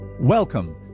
Welcome